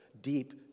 deep